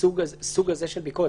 לסוג הזה של ביקורת.